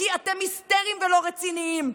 כי אתם היסטריים ולא רציניים.